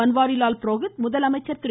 பன்வாரிலால் புரோஹித் முதலமைச்சர் திரு